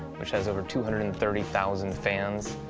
which has over two hundred and thirty thousand fans,